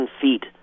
feet